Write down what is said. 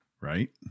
right